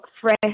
fresh